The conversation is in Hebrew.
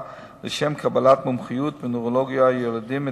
לשם קבלת מומחיות בנוירולוגיית ילדים,